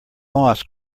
moss